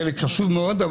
חשוב מאוד,